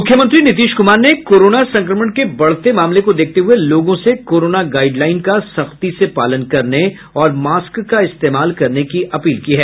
मुख्यमंत्री नीतीश कुमार ने कोरोना संक्रमण के बढ़ते मामले को देखते हुए लोगों से कोरोना गाईडलाईन का सख्ती से पालन करने और मास्क का इस्तेमाल करने की अपील की है